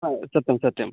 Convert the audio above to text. आं सत्यं सत्यं